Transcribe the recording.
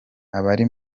abari